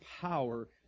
power